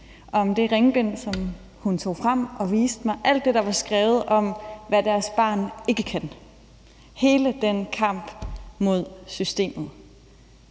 om det ringbind, som hun tog frem og viste mig; alt det, der var skrevet om, hvad deres barn ikke kan – hele den kamp mod systemet.